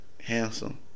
handsome